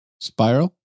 Spiral